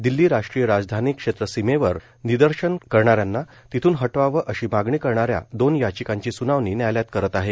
दिल्ली राष्ट्रीय राजधानी क्षेत्र सीमेवर निदर्शनं करणाऱ्यांना तिथून हटवावं अशी मागणी करणाऱ्या दोन याचिकांची सूनावणी न्यायालय करत आहे